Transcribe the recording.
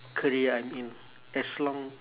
career I'm in as long